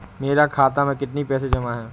मेरे खाता में कितनी पैसे जमा हैं?